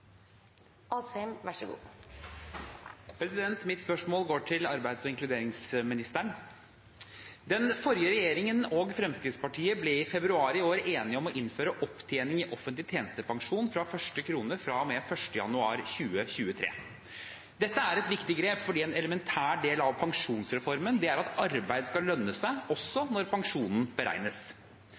Mitt spørsmål går til arbeids- og inkluderingsministeren. Den forrige regjeringen og Fremskrittspartiet ble i februar i år enige om å innføre opptjening i offentlig tjenestepensjon fra første krone fra og med 1. januar 2023. Dette er et viktig grep fordi en elementær del av pensjonsreformen er at arbeid skal lønne seg, også når pensjonen beregnes.